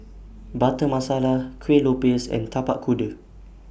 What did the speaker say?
Butter Masala Kueh Lopes and Tapak Kuda